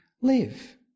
live